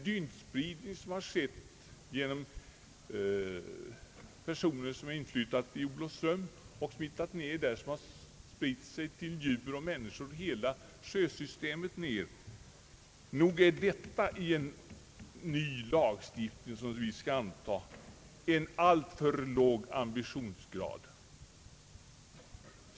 Dyntspridningen från personer som har inflyttat till Olofström har nått djur och människor nedför hela sjösystemet. Nog är detta en alltför låg ambitionsgrad, att den nya lagstiftning som vi nu skall anta inte förbjudit något sådant.